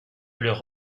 leur